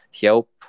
help